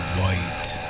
white